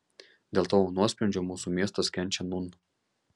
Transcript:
dėl tavo nuosprendžio mūsų miestas kenčia nūn